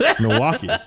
Milwaukee